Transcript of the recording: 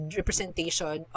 representation